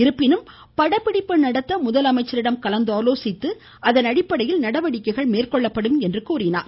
இருப்பினும் படப்பிடிப்பு நடத்த முதலமைச்சரிடம் கலந்து ஆலோசித்து அதன் அடிப்படையில் நடவடிக்கைகள் எடுக்கப்படும் என்றார்